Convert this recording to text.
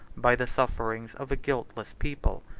by the sufferings of a guiltless people.